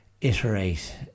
iterate